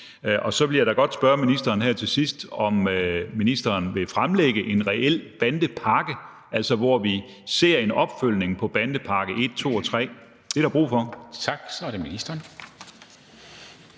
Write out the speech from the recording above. Og så vil jeg da godt spørge ministeren her til sidst, om ministeren vil fremlægge en reel bandepakke, altså hvor vi ser en opfølgning på bandepakke I, II og III. Det er der brug for. Kl. 13:37 Formanden